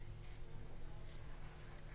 אפשר.